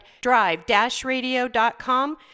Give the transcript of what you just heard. drive-radio.com